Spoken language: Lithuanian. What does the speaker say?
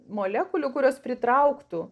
molekulių kurios pritrauktų